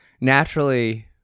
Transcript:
naturally